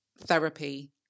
therapy